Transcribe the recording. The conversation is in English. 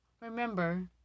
remember